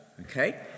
okay